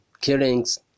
killings